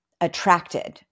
attracted